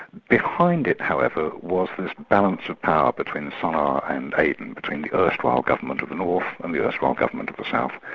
behind it however, was this balance of power between sana'a, um ah and aden, between the erstwhile government of the north and the erstwhile government of the south,